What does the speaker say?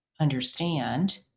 understand